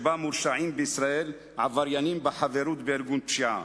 שבה מורשעים בישראל עבריינים בחברות בארגון פשיעה.